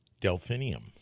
Delphinium